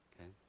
Okay